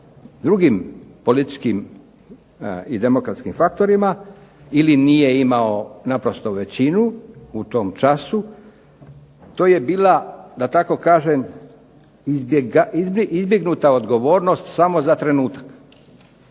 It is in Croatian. drugim političkim i demokratskim faktorima ili nije imao naprosto većinu u tom času. To je bila da tako kažem izbjegnuta odgovornost samo za trenutak.